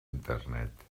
internet